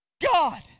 God